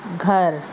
گھر